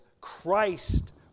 Christ